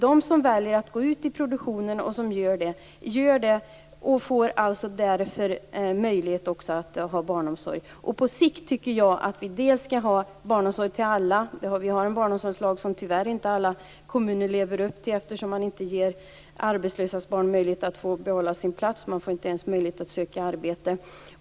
De som väljer att gå ut i produktionen får också möjlighet till barnomsorg. På sikt tycker jag att vi skall ha barnomsorg till alla. Vi har en barnomsorgslag som alla kommuner tyvärr inte lever upp till, eftersom de arbetslösas barn inte ges möjlighet att behålla sin plats. Föräldrarna får inte ens möjlighet att söka arbete.